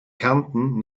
kärnten